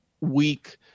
weak